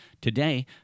Today